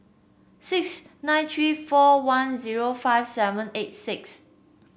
six nine three four one zero five seven eight six